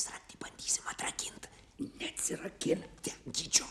bandysime atrakinti neatsirakina